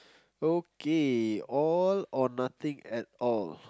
okay all or nothing at all